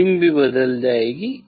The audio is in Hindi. रीडिंग भी बदल जाएगी